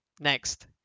next